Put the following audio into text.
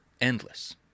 endless